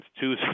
two